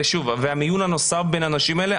והמיון הנוסף בין האנשים האלה,